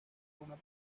una